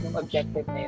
objective